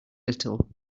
little